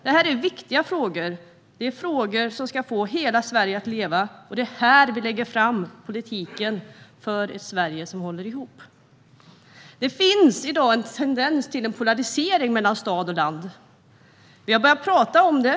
Det här är viktiga frågor som ska få hela Sverige att leva. Och det är här vi lägger fram en politik för att Sverige ska hålla ihop. Det finns i dag en tendens till polarisering mellan stad och land. Vi har börjat tala om detta.